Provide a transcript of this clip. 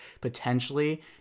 potentially